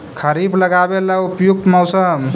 खरिफ लगाबे ला उपयुकत मौसम?